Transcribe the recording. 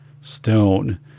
Stone